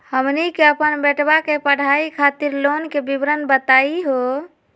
हमनी के अपन बेटवा के पढाई खातीर लोन के विवरण बताही हो?